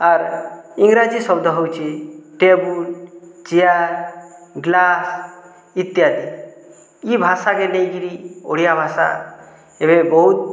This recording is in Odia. ଆର୍ ଇଂରାଜୀ ଶବ୍ଦ ହେଉଛି ଟେବୁଲ୍ ଚେୟାର୍ ଗ୍ଲାସ୍ ଇତ୍ୟାଦି ଇଏ ଭାଷାକେ ନେଇ କରି ଓଡ଼ିଆ ଭାଷା ଏବେ ବହୁତ